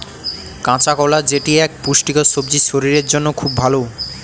কাঁচা কলা যেটি এক পুষ্টিকর সবজি শরীরের জন্য খুব ভালো